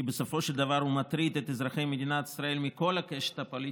כי בסופו של דבר הוא מטריד את אזרחי מדינת ישראל מכל הקשת הפוליטית,